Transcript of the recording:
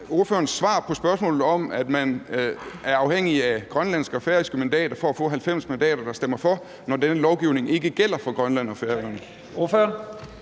ordførerens svar på spørgsmålet om, at man er afhængig af grønlandske og færøske mandater for at få 90 mandater, der stemmer for, når denne lovgivning ikke gælder for Grønland og Færøerne?